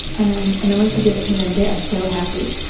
and and then once you give it to them they are so happy.